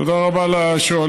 תודה רבה לשואלים.